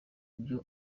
ibyo